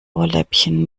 ohrläppchen